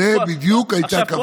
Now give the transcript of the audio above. זאת בדיוק הייתה כוונתי.